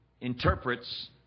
interprets